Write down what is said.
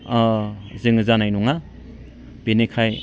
जोङो जानाय नङा बेनिखायनो